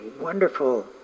wonderful